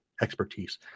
expertise